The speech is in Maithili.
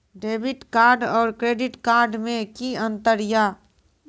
डेबिट कार्ड और क्रेडिट कार्ड मे कि अंतर या?